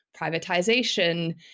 privatization